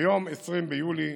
ביום 20 ביולי